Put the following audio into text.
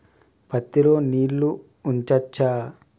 పత్తి లో నీళ్లు ఉంచచ్చా?